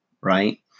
Right